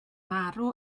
marw